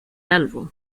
álbum